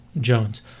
Jones